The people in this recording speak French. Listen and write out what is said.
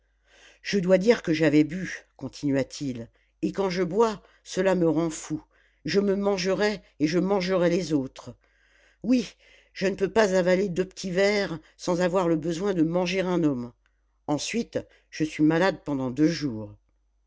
je dois dire que j'avais bu continua-t-il et quand je bois cela me rend fou je me mangerais et je mangerais les autres oui je ne peux pas avaler deux petits verres sans avoir le besoin de manger un homme ensuite je suis malade pendant deux jours